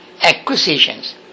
Acquisitions